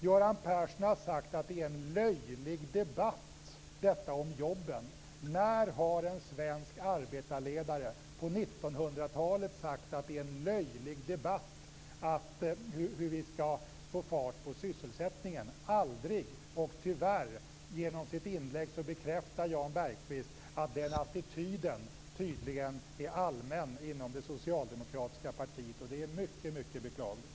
Göran Persson har sagt att det är en löjlig debatt, denna om jobben. När har en svensk arbetarledare på 1900-talet sagt att det är en löjlig debatt att diskutera hur vi skall få fart på sysselsättningen? Aldrig! Tyvärr bekräftar Jan Bergqvist genom sitt inlägg att den attityden tydligen är allmän inom det socialdemokratiska partiet, och det är mycket beklagligt.